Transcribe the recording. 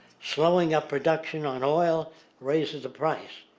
slowing up production on oil raises the price.